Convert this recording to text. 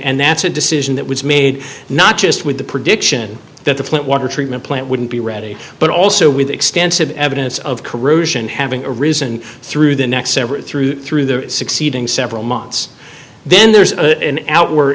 and that's a decision that was made not just with the prediction that the plant water treatment plant wouldn't be ready but also with extensive evidence of corrosion having arisen through the next several through through the succeeding several months then there's an outward